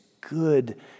good